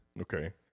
Okay